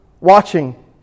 watching